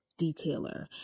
detailer